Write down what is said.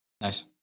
Nice